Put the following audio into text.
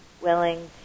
willing